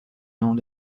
non